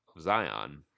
Zion